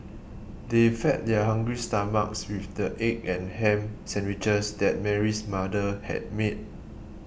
they fed their hungry stomachs with the egg and ham sandwiches that Mary's mother had made